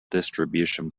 distribution